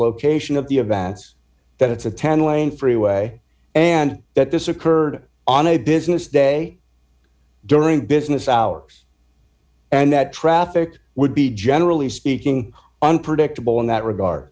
location of the events that it's a ten lane freeway and that this occurred on a business day during business hours and that traffic would be generally speaking unpredictable in that regard